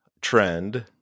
trend